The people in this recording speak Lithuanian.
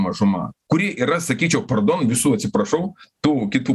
mažuma kuri yra sakyčiau pardon visų atsiprašau tų kitų